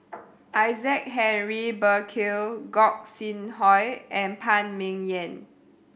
Isaac Henry Burkill Gog Sing Hooi and Phan Ming Yen